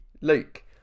Luke